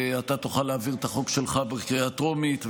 ואתה תוכל להעביר את החוק שלך בקריאה טרומית,